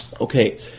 Okay